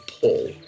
pull